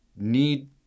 need